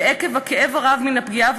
ועקב הכאב הרב מן הפגיעה,